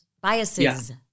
biases